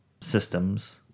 systems